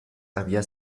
había